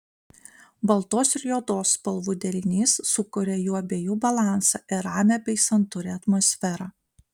baltos ir juodos spalvų derinys sukuria jų abiejų balansą ir ramią bei santūrią atmosferą